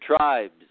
tribes